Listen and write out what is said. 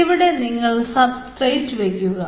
ഇവിടെ നിങ്ങൾ സബ്സ്ട്രേറ്റ് വെക്കുക